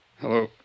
Hello